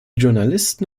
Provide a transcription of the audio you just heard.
journalisten